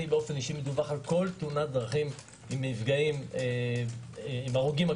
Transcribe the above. אני באופן אישי מדווח על כל תאונות דרכים עם נפגעים - הכוונה עם הרוגים.